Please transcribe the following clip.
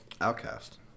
Outcast